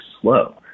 slow